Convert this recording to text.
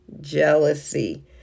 jealousy